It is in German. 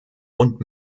und